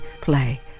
play